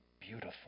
beautiful